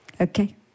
okay